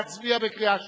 להצביע בקריאה שלישית?